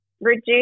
reduce